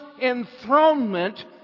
enthronement